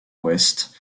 ouest